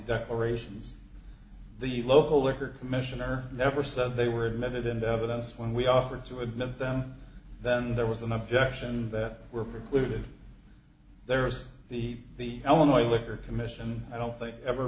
declarations the local liquor commissioner never said they were admitted into evidence when we offered to adopt them then there was an objection that were precluded there is the element liquor commission i don't think i ever